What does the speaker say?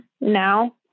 now